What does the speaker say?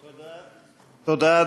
תודה,